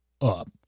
up